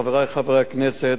חברי חברי הכנסת,